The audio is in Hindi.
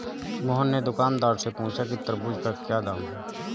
मोहन ने दुकानदार से पूछा कि तरबूज़ का क्या दाम है?